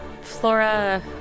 Flora